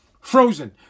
Frozen